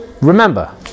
Remember